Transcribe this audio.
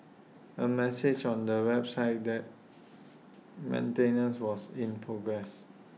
A message on the website that maintenance was in progress